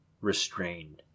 restrained